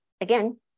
again